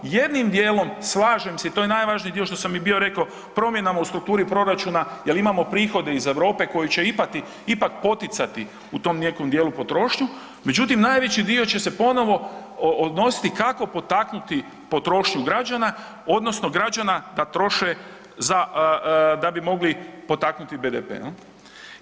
Jednim dijelom slažem i to je najvažniji dio što sam i bio rekao promjenama u strukturi proračuna jer imamo prihode iz Europe koji će ipak poticati u tom nekom dijelu potrošnju, međutim najveći dio će se ponovo odnositi kako potaknuti potrošnju građana odnosno građana da troše za da bi mogli potaknuti BDP, jel.